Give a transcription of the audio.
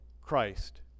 Christ